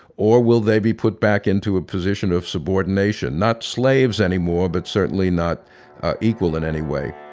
or will they be put back into a position of subordination, not slaves anymore but certainly not equal in any way?